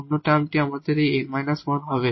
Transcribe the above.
অন্য টার্মটি আমাদের এই 𝑛 1 হবে